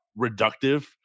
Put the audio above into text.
reductive